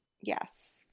Yes